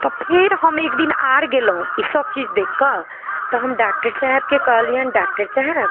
तऽ फेर हम एक दिन आओर गेलहुँ ईसब चीज देखिकऽ तऽ हम डॉक्टर साहेबके कहलिअनि डॉक्टर साहब